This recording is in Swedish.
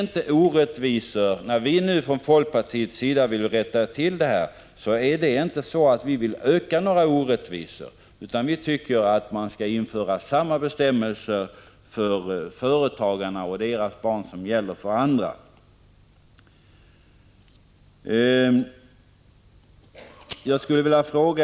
När folkpartiet vill rätta till det här är det inte så, att folkpartiet vill öka orättvisorna. Vi tycker att man bör ha samma bestämmelser för företagare och deras barn som för andra.